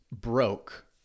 broke